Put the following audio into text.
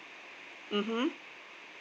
mmhmm